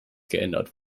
geändert